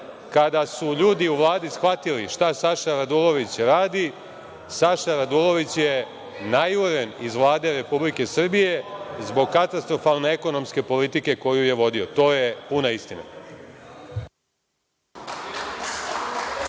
Kada su ljudi u Vladi shvatili šta Saša Radulović radi, Saša Radulović je najuren iz Vlade RS zbog katastrofalne ekonomske politike koju je vodio. To je puna istina.